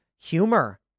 humor